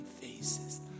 faces